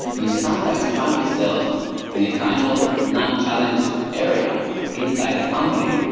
you sometimes find yourself in a kind of non-challenge area inside the company.